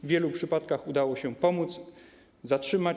W wielu przypadkach udało się pomóc, często zatrzymać.